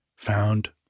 found